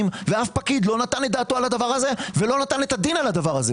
ואף פקיד לא נתן דעתו על זה ולא נתן את הדין על זה.